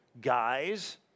guys